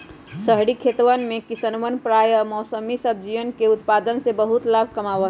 शहरी खेतवन में किसवन प्रायः बेमौसमी सब्जियन के उत्पादन से बहुत लाभ कमावा हई